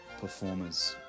performers